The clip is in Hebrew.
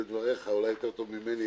בדבריך אולי יותר טוב ממני,